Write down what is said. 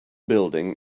building